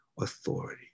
authority